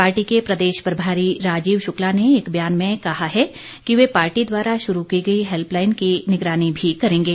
party के प्रदेश प्रभारी राजीव शुक्ला ने एक बयान में कहा है कि वे पार्टी द्वारा शुरू की गई हैल्पलाईन की निगरानी भी करेंगे